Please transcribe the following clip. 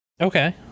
okay